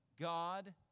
god